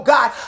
God